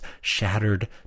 shattered